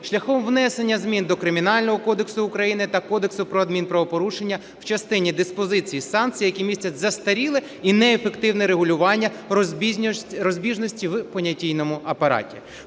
шляхом внесення змін до Кримінального кодексу України та Кодексу про адмінправопорушення в частині диспозиції санкцій, які містять застаріле і неефективне регулювання, розбіжності в понятійному апараті.